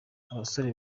abasore